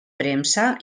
premsa